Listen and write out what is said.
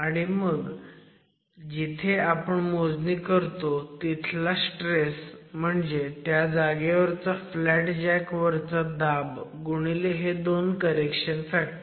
आणि मग जिथे आपण मोजणी करतो तिथला स्ट्रेस म्हणजे त्या जागेवरचा फ्लॅट जॅक वरचा दाब गुणिले हे दोन करेक्शन फॅक्टर